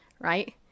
Right